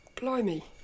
Blimey